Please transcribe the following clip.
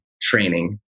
training